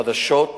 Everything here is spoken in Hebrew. חדשות,